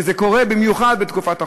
וזה קורה במיוחד בתקופת החופש.